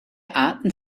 arten